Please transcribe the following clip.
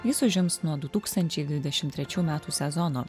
jis užims nuo du tūkstančiai dvidešim trečių metų sezono